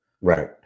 Right